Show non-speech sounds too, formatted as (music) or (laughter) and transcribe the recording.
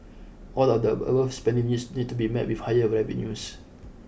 all the (unintelligible) spending needs need to be met with higher revenues